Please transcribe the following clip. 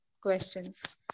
questions